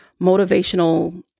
motivational